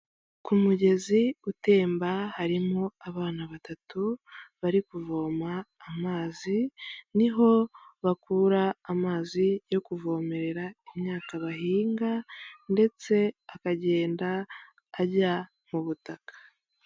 Ku mugezi utemba harimo abana batatu bari kuvoma amazi, niho bakura amazi yo kuvomerera imyaka bahinga, ndetse akagenda ajya mu butaka.